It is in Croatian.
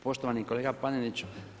Poštovani kolega Panenić.